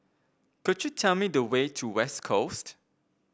could you tell me the way to West Coast